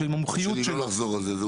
של מומחיות שלו --- לא לחזור על זה.